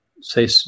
say